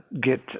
get